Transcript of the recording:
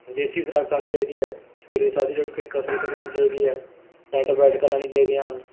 ਦੇਸੀ ਖੁਰਾਕ ਖਾਣੀ ਚਾਹੀਦੀ ਹੈ ਸਵੇਰੇ ਸਾਜਰੇ ਉੱਠ ਕੇ ਕਸਰਤ ਕਰਨੀ ਚਾਹੀਦੀ ਹੈ ਡੰਡ ਬੈਠਕਾਂ ਲਾਉਣੀਆਂ ਚਾਹੀਦੀਆਂ ਹਨ